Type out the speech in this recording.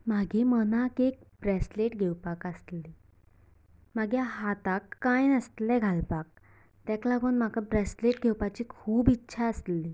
म्हागे मनाक एक ब्रेसलेट घेवपाक आसले म्हागे हाताक काय नासले घालपाक तेका लागून म्हाका ब्रेसलेट घेवपाची खूब इच्छा आसलेली